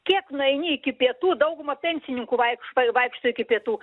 kiek nueini iki pietų dauguma pensininkų vaikšt vai vaikšto iki pietų